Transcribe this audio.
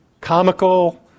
comical